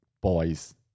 boys